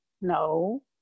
No